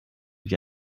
wie